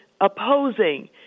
opposing